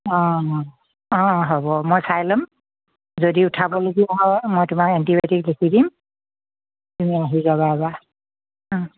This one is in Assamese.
অঁ অঁ অঁ অঁ হ'ব মই চাই ল'ম যদি উঠাবলগীয়া হয় মই তোমাক এণ্টিবায়'টিক লিখি দিম তুমি আহি যাবা এবাৰ